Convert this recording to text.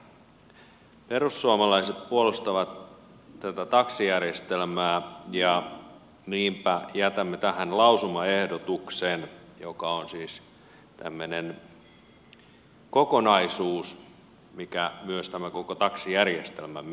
perussuomalaiset puolustavat tätä taksijärjestelmää ja niinpä jätämme tähän lausumaehdotuksen joka on siis tämmöinen kokonaisuus mikä myös tämä koko taksijärjestelmämme on